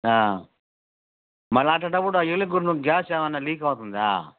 మళ్ళీ అలాంటప్పుడు ఆ ఎలుక కొట్టుడుకు గ్యాస్ ఏమైనా లీక్ అవుతుందా